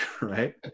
right